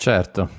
Certo